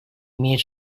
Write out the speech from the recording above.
имеет